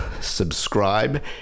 subscribe